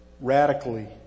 radically